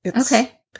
Okay